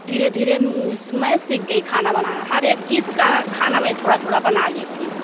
धीरे धीरे मैं सीख गई खाना बनाना हर एक चीज का खाना मैं थोड़ा थोड़ा बना लेती हूँ